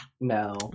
No